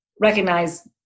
recognize